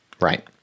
Right